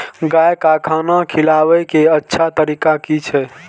गाय का खाना खिलाबे के अच्छा तरीका की छे?